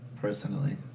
personally